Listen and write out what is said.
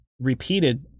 repeated